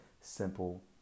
simple